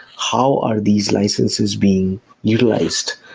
how are these licenses being utilized?